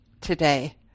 today